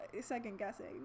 second-guessing